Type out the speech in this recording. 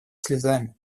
слезами